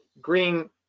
green